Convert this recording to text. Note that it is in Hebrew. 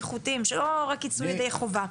איכותיים כדי שלא נצא מידי חובה.